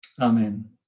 Amen